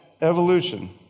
Evolution